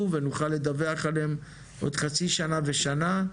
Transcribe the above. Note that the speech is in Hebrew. ונוכל לדווח עליהם בעוד חצי שנה ושנה,